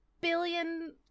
billion